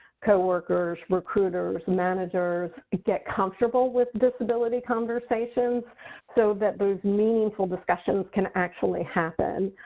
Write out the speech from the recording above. co workers, recruiters, managers get comfortable with disability conversations so that those meaningful discussions can actually happen.